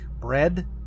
bread